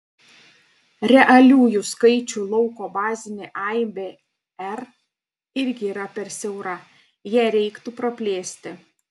realiųjų skaičių lauko bazinė aibė r irgi yra per siaura ją reiktų praplėsti